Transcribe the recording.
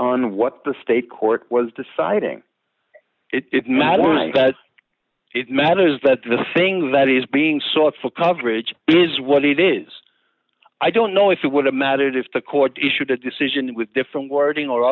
on what the state court was deciding it my why it matters that the thing that is being sought for coverage is what it is i don't know if it would have mattered if the court issued a decision with different wor